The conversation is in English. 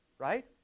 Right